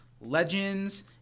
Legends